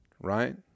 right